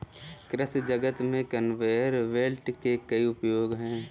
कृषि जगत में कन्वेयर बेल्ट के कई उपयोग हैं